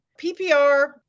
PPR